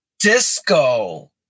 Disco